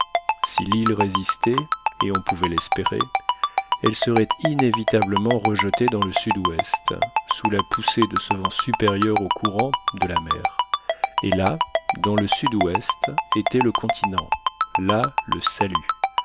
si l'île résistait et on pouvait l'espérer elle serait inévitablement rejetée dans le sud-ouest sous la poussée de ce vent supérieur aux courants de la mer et là dans le sud-ouest était le continent là le salut